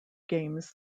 games